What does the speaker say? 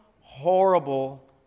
horrible